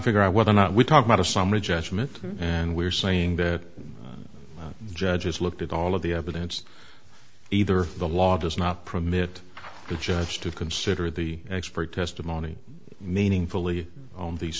figure out whether or not we're talking about a summary judgment and we're saying that judges looked at all of the evidence either the law does not permit the judge to consider the expert testimony meaningfully on the